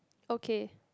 okay